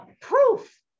proof